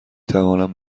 توانم